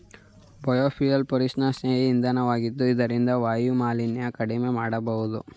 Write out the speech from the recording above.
biofuel ಪರಿಸರಸ್ನೇಹಿ ಇಂಧನ ವಾಗಿದ್ದು ಇದರಿಂದ ವಾಯುಮಾಲಿನ್ಯ ಕಡಿಮೆ ಮಾಡಬೋದು